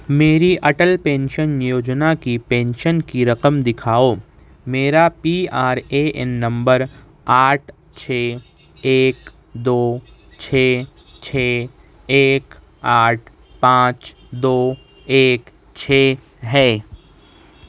میری اٹل پینشن یوجنا کی پینشن کی رقم دکھاؤ میرا پی آر اے این نمبر آٹھ چھ ایک دو چھ چھ ایک آٹھ پانچ دو ایک چھ ہے